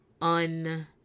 un